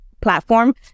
platform